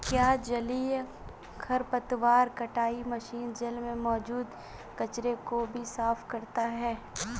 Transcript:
क्या जलीय खरपतवार कटाई मशीन जल में मौजूद कचरे को भी साफ करता है?